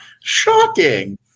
shocking